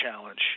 challenge